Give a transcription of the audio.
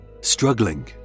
Struggling